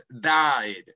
died